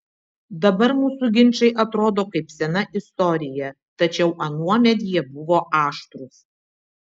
dabar mūsų ginčai atrodo kaip sena istorija tačiau anuomet jie buvo aštrūs